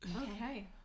Okay